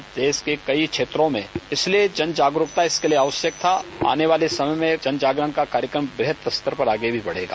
इन लोगों ने कई क्षेत्रों में इसलिए जन जागरूकता इसके लिए आवश्यक था आने वाले समय में जनजागरण का कार्यक्रम वृह्त स्तर पर आगे बढ़ेगा